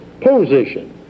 position